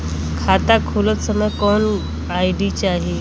खाता खोलत समय कौन आई.डी चाही?